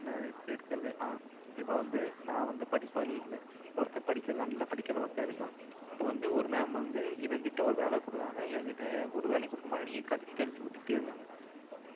என்ன எப்படி எடுக்கிறது ஆ இப்போது வந்து நான் வந்து படிப்பாளி இல்லை இப்போ ஒருத்தன் படிக்கிற நல்லப் படிக்கிற ஒருத்தன் இருக்கான் இப்போ வந்து ஒரு மேம் வந்து இவன்கிட்ட ஒரு வேலை கொடுக்குறாங்க என்கிட்ட ஒரு வேலையும் கொடுக்கமாட்றாங்க என்னை கரைத்து கரைத்து ஊற்றிக்கிட்டே இருக்காங்க